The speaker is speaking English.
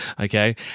Okay